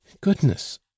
goodness